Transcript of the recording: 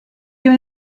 you